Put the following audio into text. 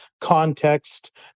context